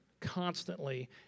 constantly